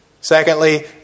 Secondly